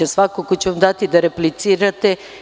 Svakako ću vam dati da replicirate.